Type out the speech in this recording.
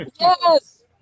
Yes